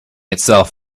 itself